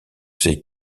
c’est